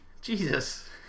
Jesus